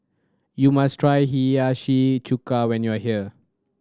you must try Hiyashi Chuka when you are here